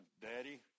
Daddy